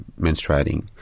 menstruating